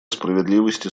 справедливости